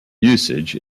usage